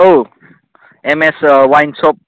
औ एम एस वाइन सप